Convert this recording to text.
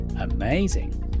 amazing